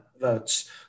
votes